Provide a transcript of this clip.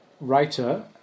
writer